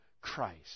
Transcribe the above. Christ